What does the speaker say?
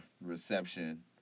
reception